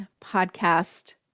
podcast